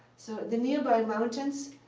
so the nearby mountains,